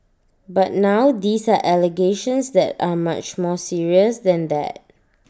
but now these are allegations that are much more serious than that